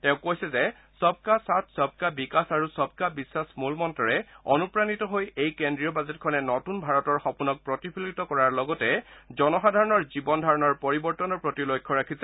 তেওঁ কৈছে সবকা সাথ সবকা বিকাশ আৰু সবকা বিখাস মূলমন্ত্ৰৰে অনুপ্ৰাণিত হৈ এই কেন্দ্ৰীয় বাজেটখনে নতূন ভাৰতৰ সপোনক প্ৰতিফলিত কৰাৰ লগতে জনসাধাৰণৰ জীৱন ধাৰণৰ পৰিবৰ্তনৰ প্ৰতিও লক্ষ্য ৰাখিছে